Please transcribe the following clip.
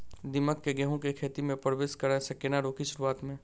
दीमक केँ गेंहूँ केँ खेती मे परवेश करै सँ केना रोकि शुरुआत में?